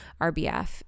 rbf